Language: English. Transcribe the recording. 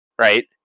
Right